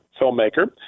filmmaker